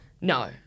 No